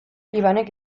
ibanek